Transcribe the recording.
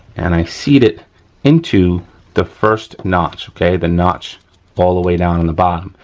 and i seat it into the first notch. okay, the notch all the way down in the bottom.